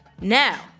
Now